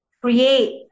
create